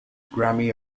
grammy